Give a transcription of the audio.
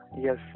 Yes